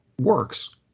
works